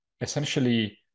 essentially